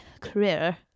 career